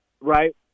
right